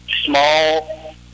small